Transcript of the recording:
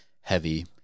heavy